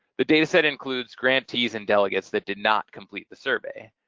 the data set includes grantees and delegates that did not complete the survey.